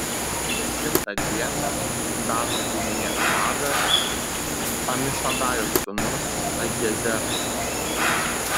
dešimtą dieną dano giminės vadas amišadajo sūnus ahiezeras